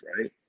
right